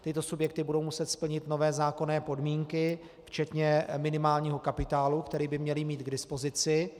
Tyto subjekty budou muset splnit nové zákonné podmínky včetně minimálního kapitálu, který by měly mít k dispozici.